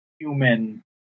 human